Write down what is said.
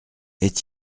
est